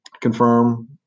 confirm